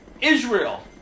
Israel